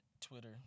Twitter